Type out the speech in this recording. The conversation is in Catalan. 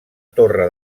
torre